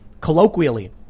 colloquially